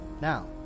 Now